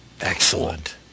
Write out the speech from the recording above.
Excellent